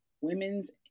Women's